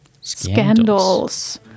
scandals